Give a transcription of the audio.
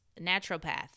naturopath